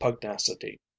pugnacity